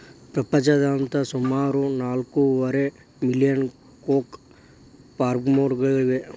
ಪ್ರಪಂಚದಾದ್ಯಂತ ಸುಮಾರು ನಾಲ್ಕೂವರೆ ಮಿಲಿಯನ್ ಕೋಕೋ ಫಾರ್ಮ್ಗಳಿವೆ